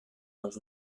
dos